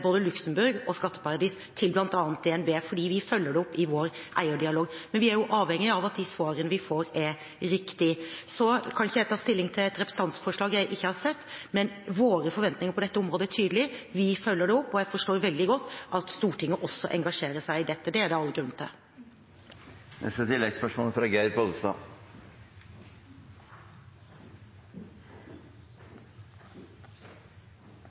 både Luxembourg og skatteparadis til bl.a. DNB, fordi vi følger det opp i vår eierdialog, men vi er jo avhengig av at de svarene vi får, er riktige. Så kan ikke jeg ta stilling til et representantforslag jeg ikke har sett. Men våre forventninger på dette området er tydelige, vi følger det opp, og jeg forstår veldig godt at Stortinget også engasjerer seg i dette. Det er det all grunn til. Geir Pollestad – til oppfølgingsspørsmål. Det er